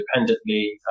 independently